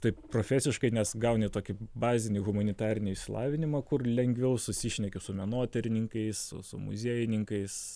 taip profesiškai nes gauni tokį bazinį humanitarinį išsilavinimą kur lengviau susišneki su menotyrininkais su su muziejininkais